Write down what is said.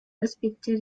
respecter